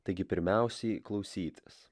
taigi pirmiausiai klausytis